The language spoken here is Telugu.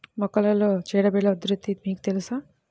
మొక్కలలో చీడపీడల ఉధృతి మీకు తెలుసా?